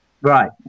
Right